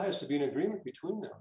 has to be an agreement between